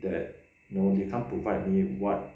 that no they can't provide me [what]